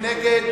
מי נגד?